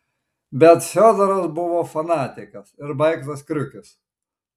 bet fiodoras buvo fanatikas ir baigtas kriukis